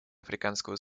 африканского